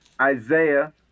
Isaiah